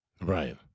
Right